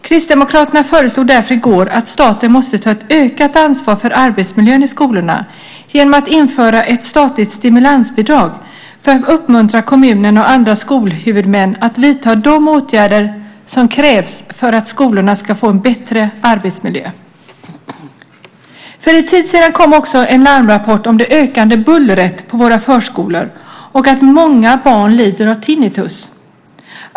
Kristdemokraterna föreslog därför i går att staten ska ta ett ökat ansvar för arbetsmiljön i skolorna genom att införa ett statligt stimulansbidrag för att uppmuntra kommunerna och andra skolhuvudmän att vidta de åtgärder som krävs för att skolorna ska få en bättre arbetsmiljö. För en tid sedan kom också en larmrapport om det ökande bullret på våra förskolor och att många barn lider av tinnitus.